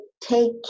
take